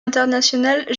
internationale